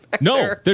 No